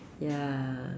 ya